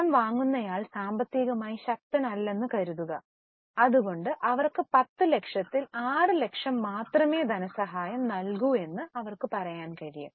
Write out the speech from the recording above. കടം വാങ്ങുന്നയാൾ സാമ്പത്തികമായി ശക്തനല്ലെന്ന് കരുതുക അത് കൊണ്ട് അവർക്ക് 10 ലക്ഷത്തിൽ 6 ലക്ഷം മാത്രമേ ധനസഹായം നൽകൂ എന്നും അവർക്ക് പറയാൻ കഴിയും